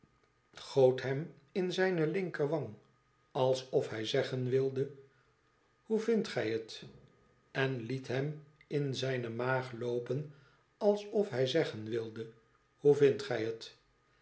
goot hem in zijne linkerwang alsof hij zeggen wilde thoe vindt gij het en liet hem in zijne maag loopen alsof hij zeggen wilde thoe vindt gij het